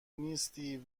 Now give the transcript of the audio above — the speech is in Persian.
نیستی